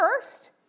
first